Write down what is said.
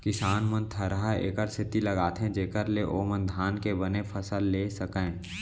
किसान मन थरहा एकर सेती लगाथें जेकर ले ओमन धान के बने फसल लेय सकयँ